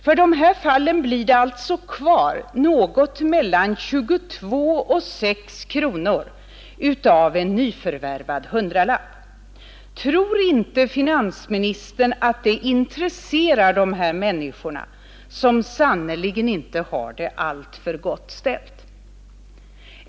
För de här fallen blir det alltså kvar något mellan 22 och 6 kronor av en nyförvärvad hundralapp. Tror inte finansministern att det intresserar de här människorna, som sannerligen inte har det alltför gott ställt?